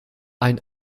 ein